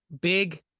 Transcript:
big